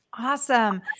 Awesome